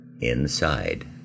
inside